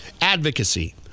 advocacy